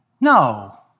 No